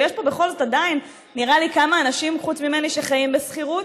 ויש פה בכל זאת עדיין כמה אנשים חוץ ממני שחיים בשכירות,